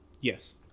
Yes